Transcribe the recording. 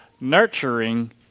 nurturing